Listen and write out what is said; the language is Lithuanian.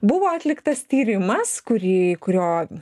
buvo atliktas tyrimas kurį kurio